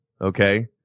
Okay